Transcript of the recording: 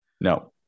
No